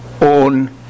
own